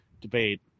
debate